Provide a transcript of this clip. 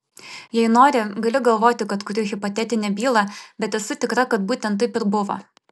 jei nori gali galvoti kad kuriu hipotetinę bylą bet esu tikra kad būtent taip ir buvo